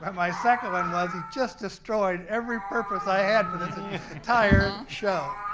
my second one was, he just destroyed every purpose i had for the entire show.